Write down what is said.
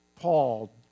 Paul